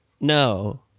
No